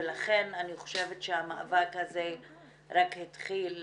לכן אני חושבת שהמאבק הזה רק התחיל,